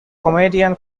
comedian